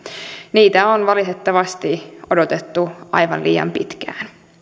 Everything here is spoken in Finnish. niitä on valitettavasti odotettu aivan liian pitkään